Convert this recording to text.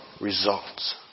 results